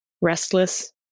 Restless